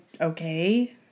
okay